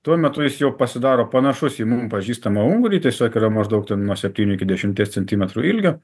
tuo metu jis jau pasidaro panašus į mum pažįstamą ungurį tiesiog yra maždaug ten nuo septynių iki dešimties centimetrų ilgio